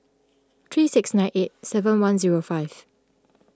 three six nine eight seven one zero five